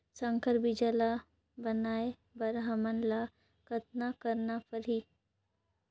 संकर बीजा ल बनाय बर हमन ल कतना करना परही?